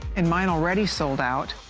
and minority sold out.